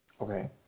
Okay